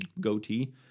goatee